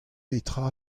petra